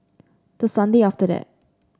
the Sunday after that